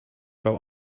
built